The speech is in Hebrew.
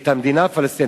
את המדינה הפלסטינית.